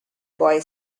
boy